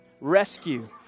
rescue